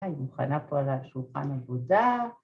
אני מוכנה פה על השולחן עבודה...